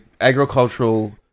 agricultural